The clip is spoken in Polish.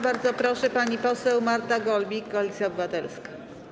Bardzo proszę, pani poseł Marta Golbik, Koalicja Obywatelska.